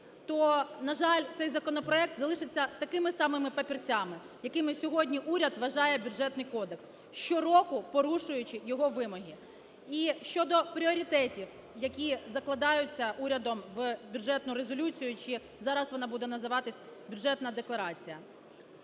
то, на жаль, цей законопроект залишиться такими самими папірцями, якими сьогодні уряд вважає Бюджетний кодекс, щороку порушуючи його вимоги. І щодо пріоритетів, які закладаються урядом в бюджетну резолюцію, чи зараз вона буде називатися "Бюджетна декларація".